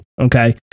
Okay